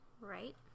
Right